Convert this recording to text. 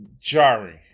jarring